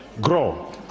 Grow